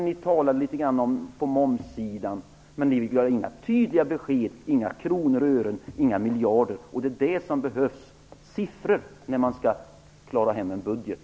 Ni talade litet om momssidan, men ni gav inga tydliga besked, om kronor och ören eller miljarder. Det är siffror, och inte principer, som behövs när man skall klara hem en budget.